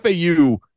FAU